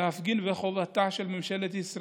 של כל אדם במדינת ישראל להפגין וחובתה של ממשלת ישראל,